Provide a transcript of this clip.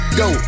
go